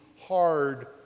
hard